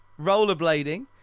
rollerblading